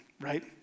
right